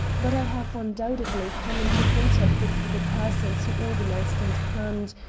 but i have undoubtedly come into contact with the persons who organized and planned,